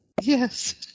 Yes